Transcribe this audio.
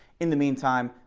in the mean time,